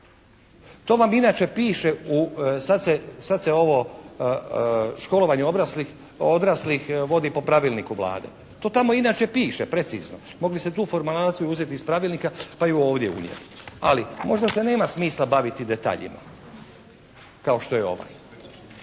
To vam inače piše u, sad se, sad se ovo školovanje odraslih vodi po Pravilniku Vlade. To tamo inače piše, precizno. Mogli ste tu formulaciju uzeti iz Pravilnika pa ju ovdje unijeti. Ali možda se nema smisla baviti detaljima kao što je ovaj.